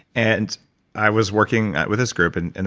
and i was working with this group and and